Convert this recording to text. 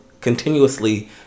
continuously